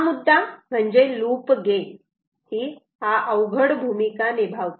हा मुद्दा म्हणजे लूप गेन अवघड भूमिका निभावते